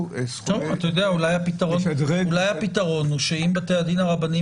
אולי הפתרון הוא שאם בתי הדין הרבניים